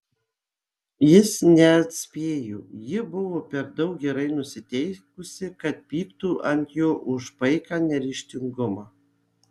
jis neatspėjo ji buvo per daug gerai nusiteikusi kad pyktų ant jo už paiką neryžtingumą